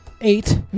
Eight